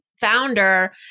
founder